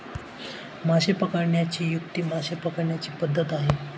मासे पकडण्याची युक्ती मासे पकडण्याची पद्धत आहे